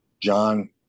John